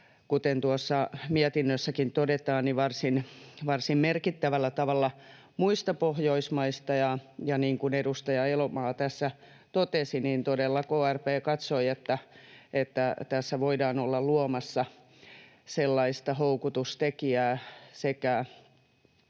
kuten mietinnössäkin todetaan, varsin merkittävällä tavalla muista Pohjoismaista. Niin kuin edustaja Elomaa totesi, niin KRP todella katsoi, että tässä voidaan olla sekä luomassa houkutustekijää